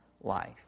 life